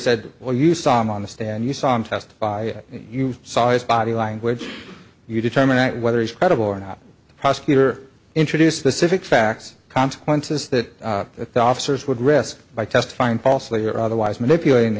said well you saw him on the stand you saw him testify you saw his body language you determine whether he's credible or not the prosecutor introduce the civic facts consequences that that the officers would risk by testifying falsely or otherwise manipulating the